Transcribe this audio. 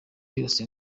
yose